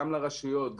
גם לרשויות,